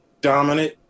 dominant